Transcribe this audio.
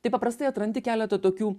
tai paprastai atrandi keletą tokių